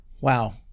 wow